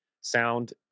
sound